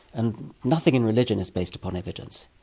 and nothing in religion is based upon evidence.